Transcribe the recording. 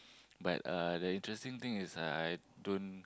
but uh the interesting thing is uh I don't